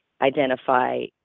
identify